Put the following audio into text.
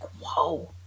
whoa